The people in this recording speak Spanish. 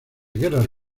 guerras